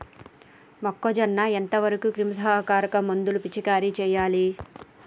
మొక్కజొన్న ఎంత వరకు క్రిమిసంహారక మందులు పిచికారీ చేయాలి?